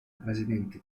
presidente